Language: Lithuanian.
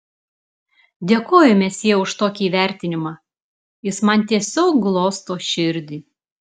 dėkoju mesjė už tokį įvertinimą jis man tiesiog glosto širdį